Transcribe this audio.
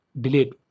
delayed